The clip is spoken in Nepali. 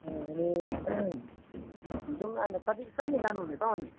ए जाऔँ न अनि त कति कहिले जानु हुने त अनि